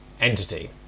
entity